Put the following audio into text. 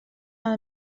amb